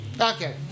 Okay